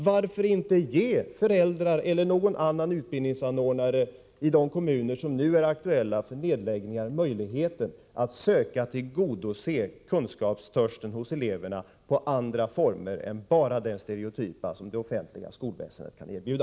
Varför inte ge föräldrarna eller någon annan utbildningsanordnare i de kommuner där nedläggningar nu är aktuella möjligheten att söka tillgodose kunskapstörsten hos elever i andra former än bara de stereotypa som det offentliga skolväsendet kan erbjuda?